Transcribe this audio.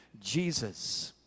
Jesus